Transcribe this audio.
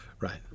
Right